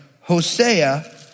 Hosea